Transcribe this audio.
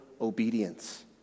obedience